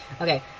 Okay